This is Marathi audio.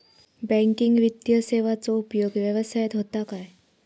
बँकिंग वित्तीय सेवाचो उपयोग व्यवसायात होता काय?